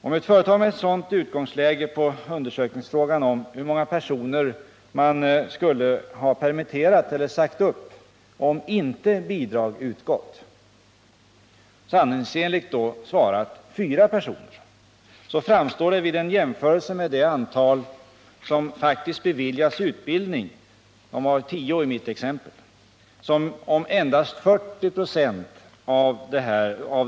Om ett företag med ett sådant utgångsläge på undersökningsfrågan om hur många personer som skulle ha behövt permitteras om inte bidrag utgått sanningsenligt svarat fyra personer, så verkar det av ett sådant svar vid en jämförelse med det antal personer som faktiskt beviljats utbildning — det var tio i mitt exempel — som om endast 40 25 av utbildningsbidraget varit motiverat.